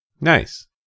Nice